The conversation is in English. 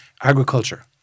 agriculture